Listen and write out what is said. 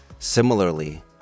Similarly